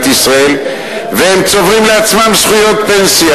ישראל והם צוברים לעצמם זכויות פנסיה.